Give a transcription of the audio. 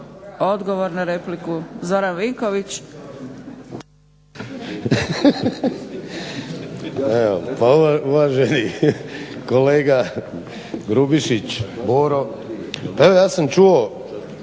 Odgovor na repliku Zoran Vinković.